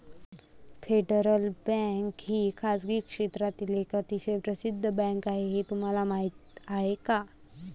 Federal bank ही खासगी क्षेत्रातील एक अतिशय प्रसिद्ध बँक आहे हे तुम्हाला माहीत आहे का?